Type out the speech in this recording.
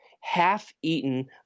half-eaten